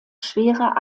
schwerer